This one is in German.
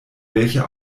welcher